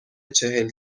چهل